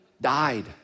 died